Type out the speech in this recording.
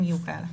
אם יהיו כאלה.